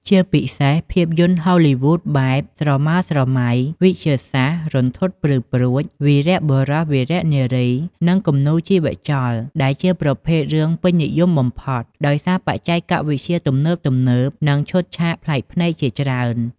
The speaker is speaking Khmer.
ជាពិសេសភាពយន្តហូលីវូដបែប ស្រមើស្រមៃ, វិទ្យាសាស្រ្ត, រន្ធត់ព្រឺព្រួច, វីរបុរស វីរនារី និង គំនូរជីវចល ដែលជាប្រភេទរឿងពេញនិយមបំផុត ដោយសារបច្ចេកវិទ្យាទំនើបៗ និងឈុតឆាកប្លែកភ្នែកជាច្រើន។